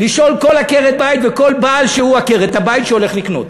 לשאול כל עקרת-בית וכל בעל שהוא עקרת-הבית שהולך לקנות,